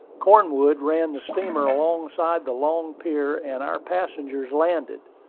cornwood ran the steamer alongside the long pier, and our passengers landed.